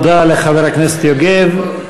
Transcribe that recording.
תודה לחבר הכנסת יוגב.